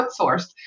outsourced